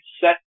set